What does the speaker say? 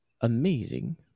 amazing